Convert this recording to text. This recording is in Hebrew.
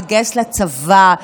להתגייס לצבא,